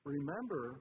Remember